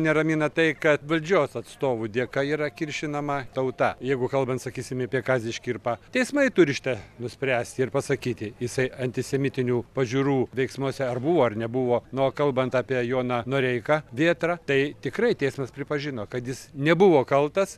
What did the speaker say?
neramina tai kad valdžios atstovų dėka yra kiršinama tauta jeigu kalbant sakysim apie kazį škirpą teismai turi šitą nuspręst ir pasakyti jisai antisemitinių pažiūrų veiksmuose ar buvo ar nebuvo nu o kalbant apie joną noreiką vėtrą tai tikrai teismas pripažino kad jis nebuvo kaltas